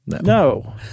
no